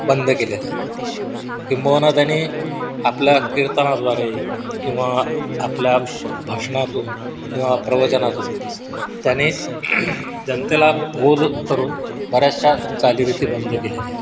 बंद केलेल्या आहेत किंबहुना त्यांनी आपल्या कीर्तनाद्वारे किंवा आपल्या भाषणातून किंवा प्रवचनातून त्यांनी जनतेला बोध करून बऱ्याचशा चालीरीती बंद केलेल्या आहेत